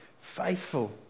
faithful